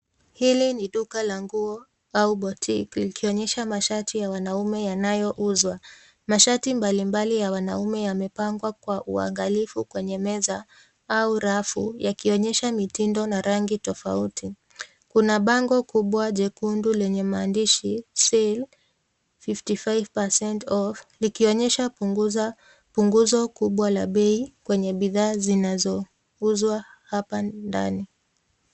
Hili ni duka la nguo au botique likionesha mashati ya wanaume yanayouzwa. Mashati mbalimbali ya wanaume yamepangwa kwa uagalifu kwenye meza au rafu yakionesha mitindo na rangi tofauti. Kuna bango kubwa jekundu lenye mandishi sale 55% off . Likionesha punguzo kubwa la bei kwenye bidhaa zinazouzwa hapa ndani.